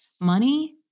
Money